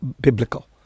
biblical